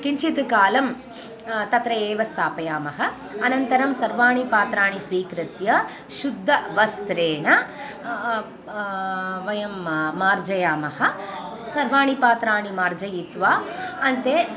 किञ्चिद् कालं तत्र एव स्थापयामः अनन्तरं सर्वाणि पात्राणि स्वीकृत्य शुद्धवस्त्रेण वयं मार्जयामः सर्वाणि पात्राणि मार्जयित्वा अन्ते